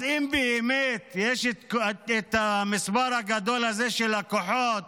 אם באמת יש מספר גדול כזה של כוחות